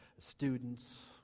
students